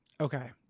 Okay